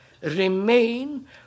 remain